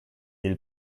del